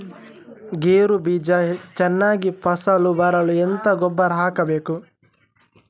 ಗೇರು ಬೀಜ ಚೆನ್ನಾಗಿ ಫಸಲು ಬರಲು ಎಂತ ಗೊಬ್ಬರ ಹಾಕಬೇಕು?